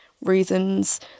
reasons